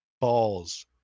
balls